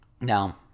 Now